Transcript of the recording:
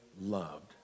loved